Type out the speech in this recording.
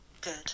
good